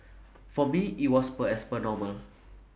for me IT was per as per normal